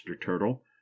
turtle